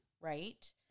Right